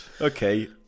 Okay